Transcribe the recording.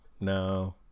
No